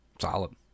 Solid